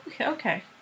okay